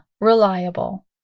reliable